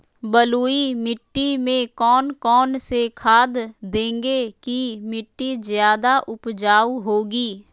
बलुई मिट्टी में कौन कौन से खाद देगें की मिट्टी ज्यादा उपजाऊ होगी?